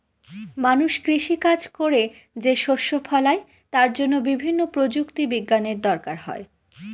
মানুষ কৃষি কাজ করে যে শস্য ফলায় তার জন্য বিভিন্ন প্রযুক্তি বিজ্ঞানের দরকার হয়